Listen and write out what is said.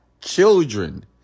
children